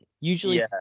Usually